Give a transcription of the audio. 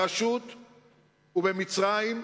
ברשות ובמצרים,